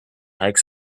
hikes